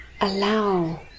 allow